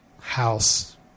house